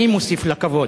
אני מוסיף לה כבוד.